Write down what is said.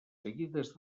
seguides